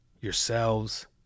yourselves